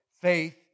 faith